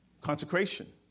Consecration